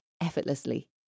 effortlessly